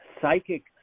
psychic